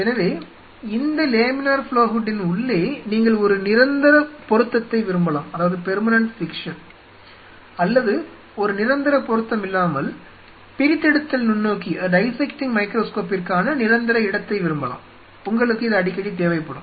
எனவே இந்த laminar flow ஹூட்டின் உள்ளே நீங்கள் ஒரு நிரந்தர பொருத்தத்தை விரும்பலாம் அல்லது ஒரு நிரந்தர பொருத்தம் இல்லாமல் பிரித்தெடுத்தல் நுண்ணோக்கிக்கான நிரந்தர இடத்தை விரும்பலாம் உங்களுக்கு இது அடிக்கடி தேவைப்படும்